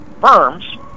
firms